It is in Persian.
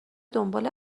دنبال